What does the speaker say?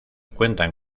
cuentan